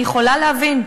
אני יכולה להבין.